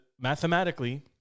mathematically